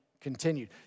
continued